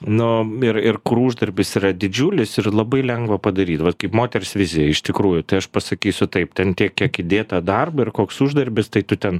nu ir ir kur uždarbis yra didžiulis ir labai lengva padaryt vat kaip moters vizija iš tikrųjų tai aš pasakysiu taip ten tiek kiek įdėta darbo ir koks uždarbis tai tu ten